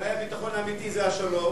אולי הביטחון האמיתי זה השלום.